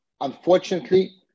Unfortunately